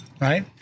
Right